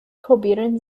probieren